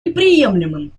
неприемлемым